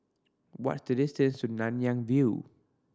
what is the distance to Nanyang View